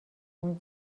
اون